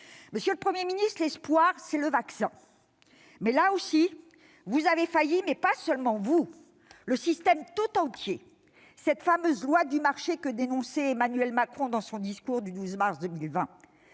Monsieur le Premier ministre, l'espoir, c'est le vaccin. Là aussi, vous avez failli et, avec vous, le système tout entier, cette fameuse loi du marché que dénonçait Emmanuel Macron dans son discours du 12 mars 2020.